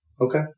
Okay